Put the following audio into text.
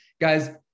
Guys